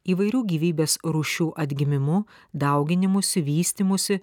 įvairių gyvybės rūšių atgimimu dauginimusi vystymusi